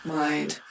mind